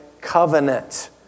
covenant